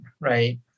right